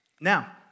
Now